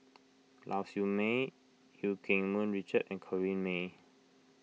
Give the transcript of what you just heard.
Lau Siew Mei Eu Keng Mun Richard and Corrinne May